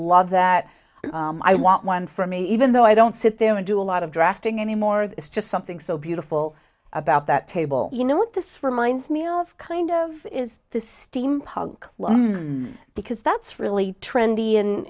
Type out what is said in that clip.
love that i want one for me even though i don't sit there and do a lot of drafting anymore it's just something so beautiful about that table you know what this reminds me of kind of is this steam punk because that's really trendy